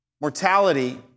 mortality